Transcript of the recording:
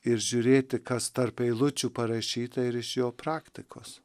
ir žiūrėti kas tarp eilučių parašyta ir iš jo praktikos